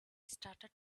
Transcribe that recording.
started